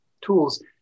tools